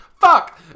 Fuck